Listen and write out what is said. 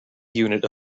unit